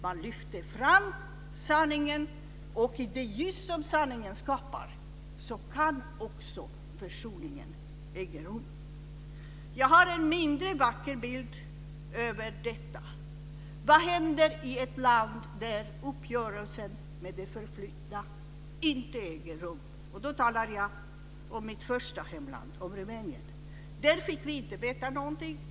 Man lyfter fram sanningen, och i det ljus som sanningen skapar kan också försoningen äga rum. Jag har också en mindre vacker bild av detta. Vad händer i ett land där uppgörelsen med det förflutna inte äger rum? Jag talar om mitt första hemland, Rumänien. Där fick vi inte veta någonting.